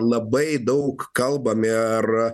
labai daug kalbame ar